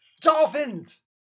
Dolphins